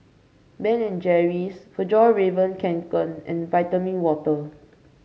Ben and Jerry's Fjallraven Kanken and Vitamin Water